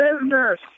business